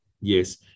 yes